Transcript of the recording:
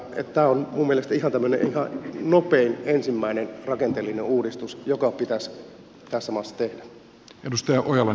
tämä on minun mielestäni tämmöinen nopein ensimmäinen rakenteellinen uudistus joka pitäisi tässä maassa tehdä